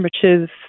temperatures